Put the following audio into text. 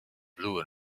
blue